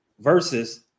versus